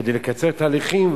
כדי לקצר תהליכים,